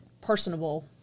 personable